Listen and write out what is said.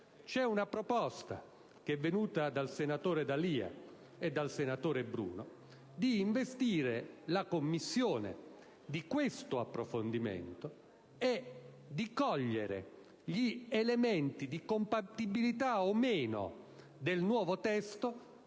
C'è una proposta venuta da senatori D'Alia e Bruno di investire la Commissione di questo approfondimento e di cogliere gli elementi di compatibilità o meno del nuovo testo